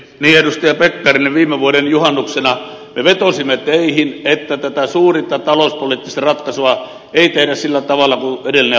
edustaja pekkarinen viime vuoden juhannuksena me vetosimme teihin että tätä suurinta talouspoliittista ratkaisua ei tehdä sillä tavalla kuin edellinen hallitus sen teki